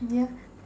yeah